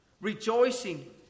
rejoicing